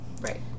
Right